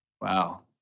Wow